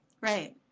Right